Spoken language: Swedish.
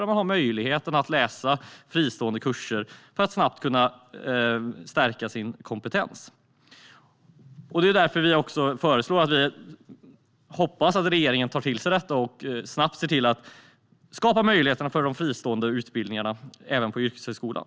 Där har man möjlighet att läsa fristående kurser för att snabbt stärka sin kompetens. Vi hoppas att regeringen tar till sig detta och snabbt ser till att skapa möjligheter för de fristående utbildningarna också inom yrkeshögskolan.